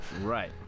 Right